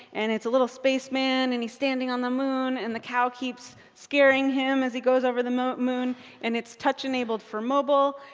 and it's a little spaceman and he's standing on the moon and the cow keeps scaring him as he goes over the moon moon and it's touch enabled for mobile,